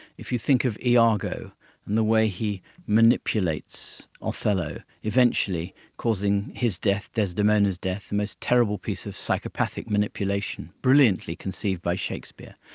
if you think of iago and the way he manipulates a ah fellow, eventually causing his death, desdemona's death, the most terrible piece of psychopathic manipulation, brilliantly conceived by shakespeare.